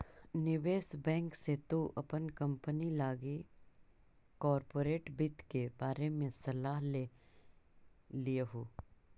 निवेश बैंक से तु अपन कंपनी लागी कॉर्पोरेट वित्त के बारे में सलाह ले लियहू